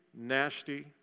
Nasty